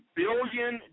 billion